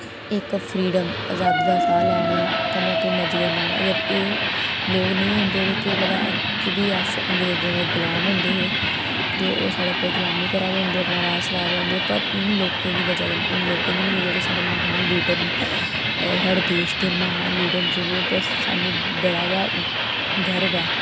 इक फ्रीडम अजादी दा साह् लै ने आं कन्नै अपनी मर्जी कन्नै लैने अगर एह् लोक नि होंदे ते केह् पता अज्ज बी अस अंग्रेजें दे गुलाम होंदे हे ते ओह् साढ़े उप्पर गुलामी करा दे होंदे अपना राज चला दे होंदे पर इन लोकें दी वजह् कन्नै इन लोकें दी निं एह् जेह्ड़े साढ़े महान लीडर न ए साढ़े देश दे म्हान लीडर न जिनै बस स्हान्नूं बड़ा गै गर्व ऐ